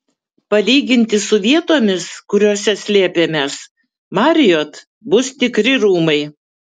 palyginti su vietomis kuriose slėpėmės marriott bus tikri rūmai